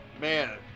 man